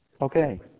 Okay